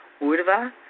urva